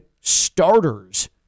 starters